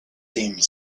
theme